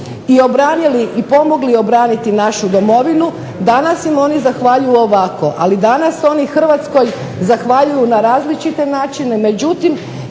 i obranili i pomogli obraniti našu domovinu, danas im oni zahvaljuju ovako, ali danas oni Hrvatskoj zahvaljuju na različite načine, međutim,